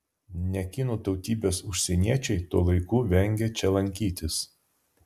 ne kinų tautybės užsieniečiai tuo laiku vengia čia lankytis